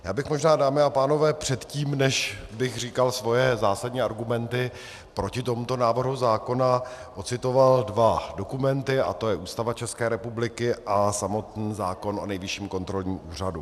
Já bych možná, dámy a pánové, předtím, než bych říkal svoje zásadní argumenty proti tomuto návrhu zákona, ocitoval dva dokumenty, je to Ústava České republiky a samotný zákon o Nejvyšším kontrolním úřadu.